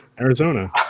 Arizona